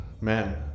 Man